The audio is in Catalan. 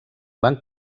van